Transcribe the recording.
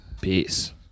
Peace